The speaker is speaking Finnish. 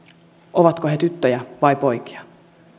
ovatko he tyttöjä vai poikia